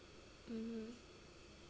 mmhmm